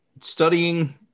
studying